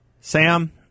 sam